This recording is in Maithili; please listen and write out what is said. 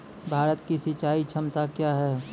भारत की सिंचाई क्षमता क्या हैं?